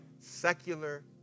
Secular